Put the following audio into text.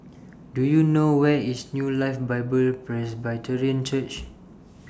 Do YOU know Where IS New Life Bible Presbyterian Church